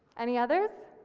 any others?